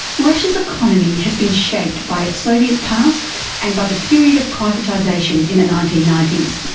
russia's economy has been shaped by its soviet past and by the period of privatisation in the nineteen ninety s.